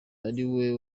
ariwe